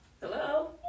Hello